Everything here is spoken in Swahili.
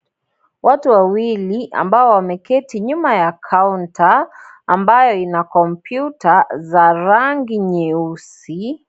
Watu wawili ambao wameketi nyuma ya kaonta ambayo ina kompyuta za rangi nyeusi.